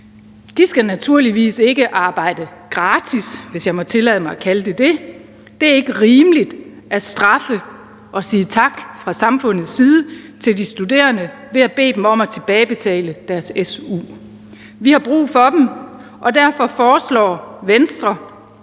De skal naturligvis ikke arbejde gratis, hvis jeg må tillade mig at kalde det det. Det er ikke rimeligt at straffe og sige tak fra samfundets side til de studerende ved at bede dem om at tilbagebetale deres su. Vi har brug for dem, og derfor foreslår Venstre